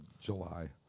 July